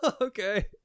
okay